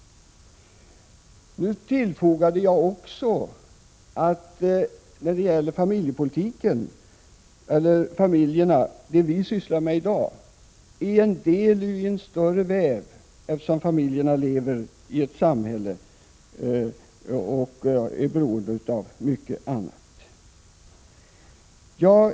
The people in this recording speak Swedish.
Jag tillfogade också att de frågor vi i dag behandlar är en del i en större väv, eftersom familjerna lever i ett samhälle och är beroende av mycket annat än det vi diskuterar här i dag.